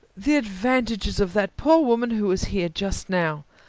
the advantages of that poor woman who was here just now!